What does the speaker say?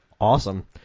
Awesome